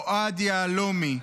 אוהד יהלומי,